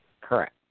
Correct